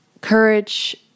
Courage